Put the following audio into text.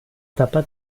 tapa